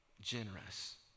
generous